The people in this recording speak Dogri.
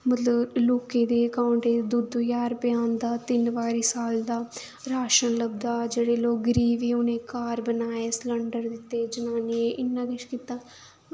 मतलब लोकें दे अकाउंट च दो दो ज्हार रपेऽ आंदा तिन्न बारी साल दा राशन लभदा जेह्ड़े लोग गरीब हे उ'नें घर बनाए सलंडर दित्ते जनानियें गी इन्ना किश कीता